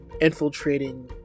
infiltrating